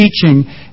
teaching